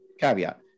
caveat